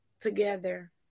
together